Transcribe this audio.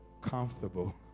comfortable